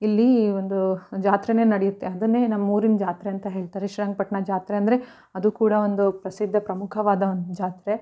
ಇಲ್ಲಿ ಒಂದು ಜಾತ್ರೆೈೇ ನಡೆಯುತ್ತೆ ಅದನ್ನೇ ನಮ್ಮೂರಿನ ಜಾತ್ರೆ ಅಂತ ಹೇಳ್ತಾರೆ ಶ್ರೀರಂಗಪಟ್ಟಣ ಜಾತ್ರೆ ಅಂದರೆ ಅದು ಕೂಡ ಒಂದು ಪ್ರಸಿದ್ಧ ಪ್ರಮುಖವಾದ ಒಂದು ಜಾತ್ರೆ